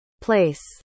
place